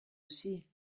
aussi